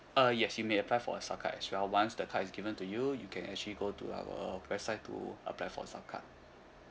uh yes you may apply for a sub card as well once the card is given to you you can actually go to our website to apply for a sub card